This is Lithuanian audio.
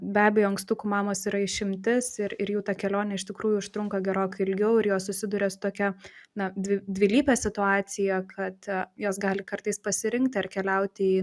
be abejo ankstukų mamos yra išimtis ir ir jų ta kelionė iš tikrųjų užtrunka gerokai ilgiau ir jos susiduria su tokia na dvi dvilype situacija kad jos gali kartais pasirinkti ar keliauti į